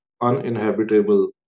uninhabitable